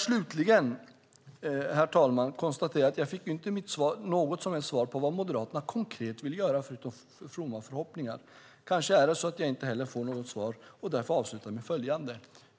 Slutligen, herr talman, kan jag konstatera att jag inte fick något som helst svar på vad Moderaterna konkret vill göra förutom fromma förhoppningar. Kanske är det så att jag inte får något svar, och därför avslutar jag med följande.